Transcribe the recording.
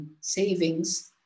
savings